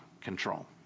control